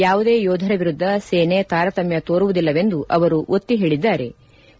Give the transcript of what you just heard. ಯಾವುದೇ ಯೋಧರ ವಿರುದ್ದ ಸೇನೆ ತಾರತಮ್ಯ ತೋರುವುದಿಲ್ಲವೆಂದು ಅವರು ಒತ್ತಿ ನುಡಿದಿದ್ಲಾರೆ